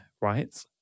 right